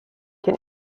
can